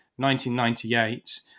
1998